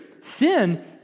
sin